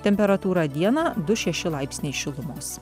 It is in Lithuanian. temperatūra dieną du šeši laipsniai šilumos